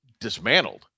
dismantled